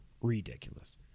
Ridiculous